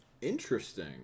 Interesting